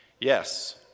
Yes